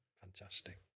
Fantastic